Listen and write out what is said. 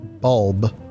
bulb